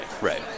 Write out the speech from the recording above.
right